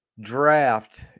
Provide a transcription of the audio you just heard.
Draft